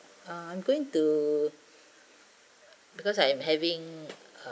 ah I'm going to because I am having